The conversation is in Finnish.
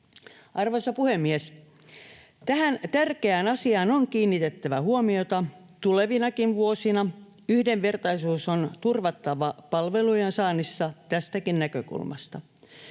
Arvoisa puhemies, tähän tärkeään asiaan on kiinnitettävä huomiota tulevinakin vuosina. Yhdenvertaisuus on turvattava palvelujen saannissa tästäkin näkökulmasta.